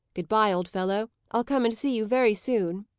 good-bye, old fellow! i'll come and see you very soon.